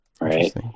Right